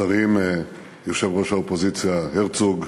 שרים, יושב-ראש האופוזיציה הרצוג,